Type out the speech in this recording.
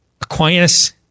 Aquinas